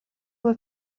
were